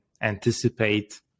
anticipate